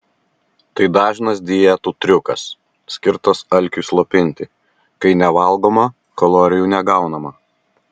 tai dažnas dietų triukas skirtas alkiui slopinti kai nevalgoma kalorijų negaunama